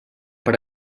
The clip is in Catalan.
per